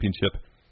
Championship